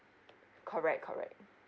correct correct